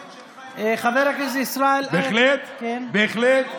חבר הכנסת ישראל אייכלר, תודה,